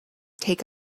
take